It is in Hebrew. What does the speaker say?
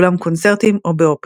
באולם קונצרטים או באופרות.